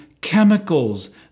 chemicals